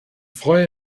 freue